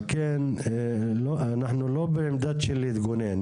על כן אנחנו לא בעמדה של להתגונן.